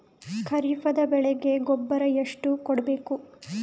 ಖರೀಪದ ಬೆಳೆಗೆ ಗೊಬ್ಬರ ಎಷ್ಟು ಕೂಡಬೇಕು?